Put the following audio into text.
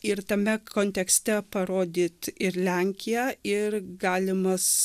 ir tame kontekste parodyt ir lenkiją ir galimas